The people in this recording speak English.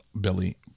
Billy